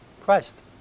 Christ